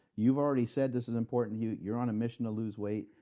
you've already said this is important to you you're on a mission to lose weight.